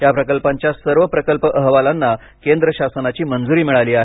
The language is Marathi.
या प्रकल्पांच्या सर्व प्रकल्प अहवालांना केंद्र शासनाची मंजुरी मिळाली आहे